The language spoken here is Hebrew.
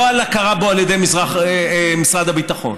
לא על הכרה בו על ידי משרד הביטחון.